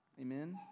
Amen